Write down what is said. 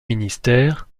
ministère